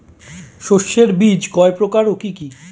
শস্যের বীজ কয় প্রকার ও কি কি?